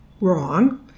wrong